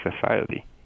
society